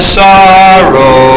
sorrow